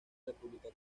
república